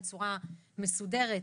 בצורה מסודרת,